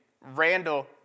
Randall